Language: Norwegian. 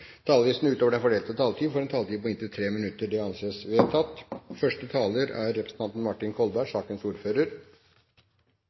fordelte taletid, får en taletid på inntil 3 minutter. – Det anses vedtatt. Igjen er